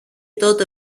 τότε